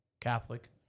Catholic